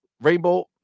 Rainbow